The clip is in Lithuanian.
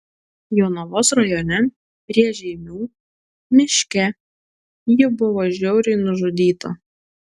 jonavos rajone prie žeimių miške ji buvo žiauriai nužudyta